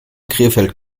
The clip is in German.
krefeld